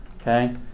okay